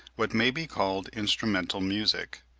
what may be called instrumental music.